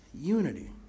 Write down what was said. unity